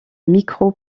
micro